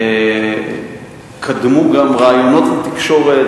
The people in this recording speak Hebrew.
קדמו גם ראיונות לתקשורת,